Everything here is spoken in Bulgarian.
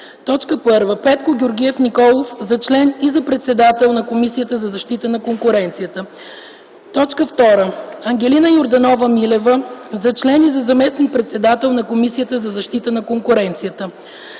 Избира: 1. Петко Георгиев Николов – за член и за председател на Комисията за защита на конкуренцията. 2. Ангелина Йорданова Милева – за член и за заместник-председател на Комисията за защита на конкуренцията.